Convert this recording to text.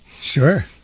Sure